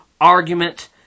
argument